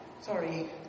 Sorry